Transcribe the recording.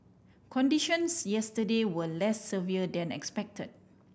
conditions yesterday were less severe than expected